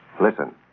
Listen